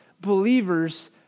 believers